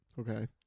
Okay